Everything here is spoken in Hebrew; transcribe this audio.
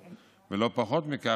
ולא פחות מזה,